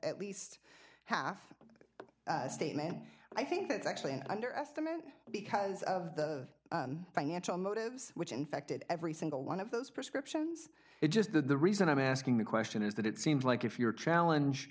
at least half statement i think that's actually an underestimate because of the financial motives which infected every single one of those prescriptions it just that the reason i'm asking the question is that it seems like if your challenge